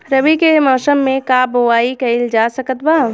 रवि के मौसम में का बोआई कईल जा सकत बा?